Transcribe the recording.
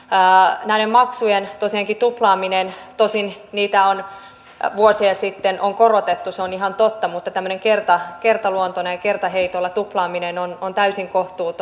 tosiaankin näiden maksujen tosin niitä on vuosia sitten korotettu se on ihan totta tämmöinen kertaluontoinen ja kertaheitolla tuplaaminen on täysin kohtuutonta